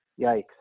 Yikes